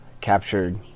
captured